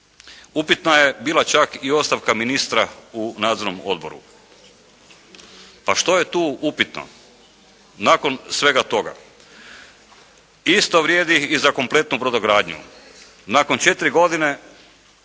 upitna je bila čak i ostavka ministra u nadzornom odboru. Pa što je tu upitno nakon svega toga? Isto vrijedi i za kompletnu brodogradnju. Nakon 4 godine